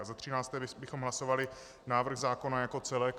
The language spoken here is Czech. A za třinácté bychom hlasovali návrh zákona jako celek.